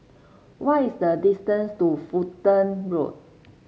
what is the distance to Fulton Road